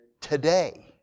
today